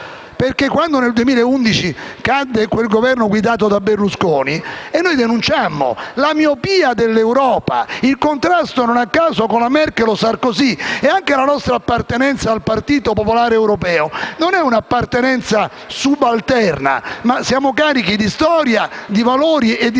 Quando nel 2011 cadde il Governo guidato da Berlusconi, denunciammo la miopia dell'Europa e il contrasto, non a caso, con Merkel e Sarkozy. Anche la nostra appartenenza al Partito popolare europeo non è un'appartenenza subalterna, ma siamo carichi di storia, di valori e di tradizioni